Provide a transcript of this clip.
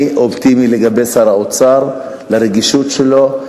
אני אופטימי לגבי שר האוצר, הרגישות שלו,